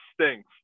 stinks